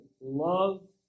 love